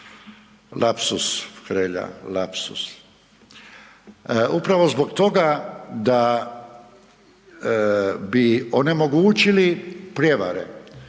lapsus Hrelja, lapsus. Upravo zbog toga da bi onemogućili prijevare.